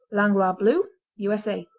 langlois blue u s a.